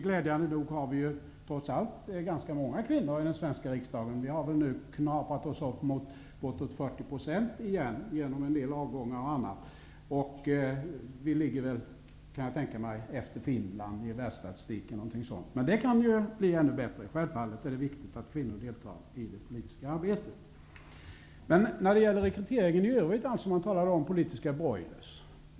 Glädjande nog har vi trots allt ganska många kvinnor i den svenska riksdagen. Andelen har väl ökat till uppemot 40 % igen, genom en del avgångar och annat. Jag tror att vi nu ligger efter Finland i världsstatistiken, men det kan bli ännu bättre. Det är självfallet viktigt att kvinnor deltar i det politiska arbetet. När det gäller rekryteringen i övrigt har det talats om politiska broilrar.